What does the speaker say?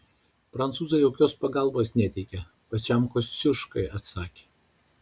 prancūzai jokios pagalbos neteikia pačiam kosciuškai atsakė